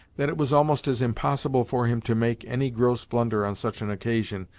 that it was almost as impossible for him to make any gross blunder on such an occasion,